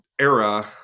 era